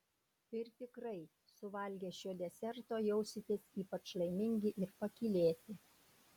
ir tikrai suvalgę šio deserto jausitės ypač laimingi ir pakylėti